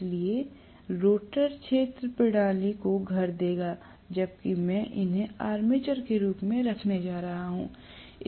इसलिए रोटर क्षेत्र प्रणाली को घर देगा जबकि मैं इन्हें आर्मेचर के रूप में रखने जा रहा हूं